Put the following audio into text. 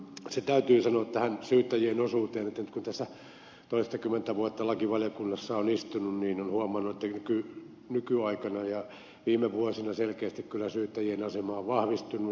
se täytyy sanoa tähän syyttäjien osuuteen että kun tässä toistakymmentä vuotta lakivaliokunnassa on istunut on huomannut että nykyaikana ja viime vuosina selkeästi kyllä syyttäjien asema on vahvistunut